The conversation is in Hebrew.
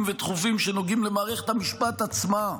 ודחופים שנוגעים למערכת המשפט עצמה.